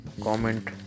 comment